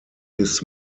his